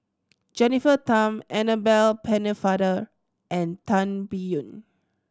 Jennifer Tham Annabel Pennefather and Tan Biyun